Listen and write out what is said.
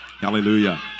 Hallelujah